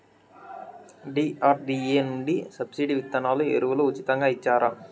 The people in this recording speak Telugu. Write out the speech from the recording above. డి.ఆర్.డి.ఎ నుండి సబ్సిడి విత్తనాలు ఎరువులు ఉచితంగా ఇచ్చారా?